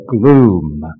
gloom